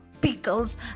pickles